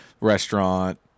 restaurant